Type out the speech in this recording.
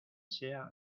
sea